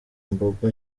imbogo